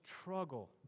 struggle